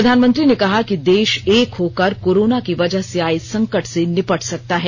प्रधानमंत्री ने कहा कि देष एक होकर कोरोना की वजह से आए संकट से निपट सकता है